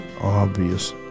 obvious